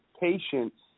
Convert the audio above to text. patients